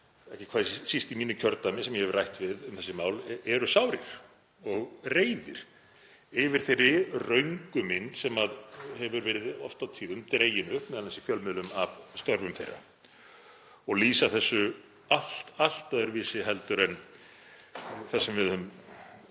ekki hvað síst í mínu kjördæmi sem ég hef rætt við um þessi mál, eru sárir og reiðir yfir þeirri röngu mynd sem hefur verið oft og tíðum dregin upp, m.a. í fjölmiðlum, af störfum þeirra. Þeir lýsa þessu allt öðruvísi heldur en við höfum